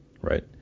right